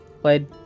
played